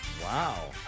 Wow